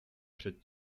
před